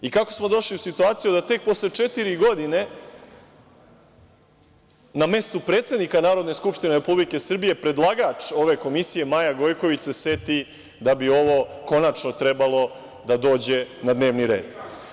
I kako smo došli u situaciju da tek posle četiri godine na mestu predsednika Narodne skupštine Republike Srbije predlagač ove komisije, Maja Gojković se seti da bi ovo konačno trebalo da dođe na dnevni red?